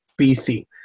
BC